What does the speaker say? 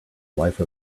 life